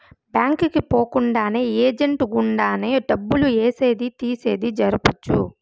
bank కి పోకుండానే agent గుండానే డబ్బులు ఏసేది తీసేది జరపొచ్చు